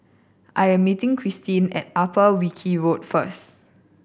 I am meeting Cristin at Upper Wilkie Road first